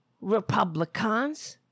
Republicans